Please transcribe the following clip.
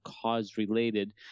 cause-related